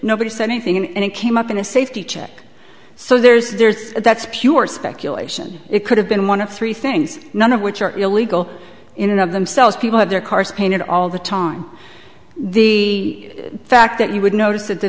nobody said anything and it came up in a safety check so there's there's that's pure speculation it could have been one of three things none of which are illegal in and of themselves people had their cars painted all the time the fact that you would notice that the